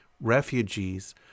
refugees